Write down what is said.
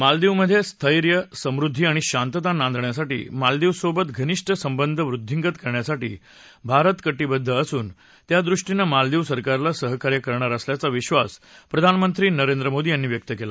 मालदीवमधे स्थैर्य समृद्दी आणि शांतता नांदण्यासाठी मालदीव सोबत घनिष्ट संबंध वृध्दिंगत करण्यासाठी भारत कटिबद्द असून त्या दृष्टीनं मालदीव सरकारला सहकार्य करणार असल्याचा विक्वास प्रधानमंत्री नरेंद्र मोदी यांनी व्यक्त केला